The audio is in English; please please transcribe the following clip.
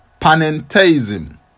panentheism